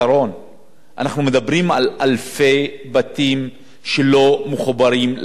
אנחנו מדברים על אלפי בתים שלא מחוברים לרשת החשמל.